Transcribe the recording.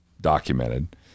documented